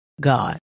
God